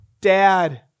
Dad